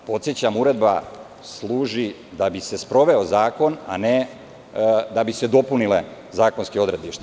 Podsećam, uredba služi da bi se sproveo zakon, a ne da bi se dopunile zakonske odredbe.